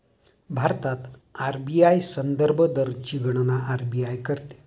भारतात आर.बी.आय संदर्भ दरची गणना आर.बी.आय करते